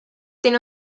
tiene